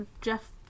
Jeff